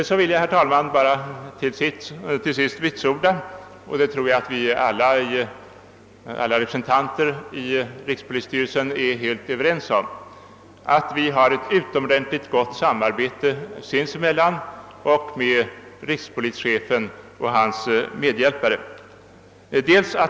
Slutligen vill jag vitsorda — och det tror jag att alla representanterna i rikspolisstyrelsen är ense om — att vi har ett utomordentligt gott samarbete sinsemellan och med rikspolischefen och hans medhjälpare.